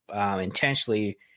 intentionally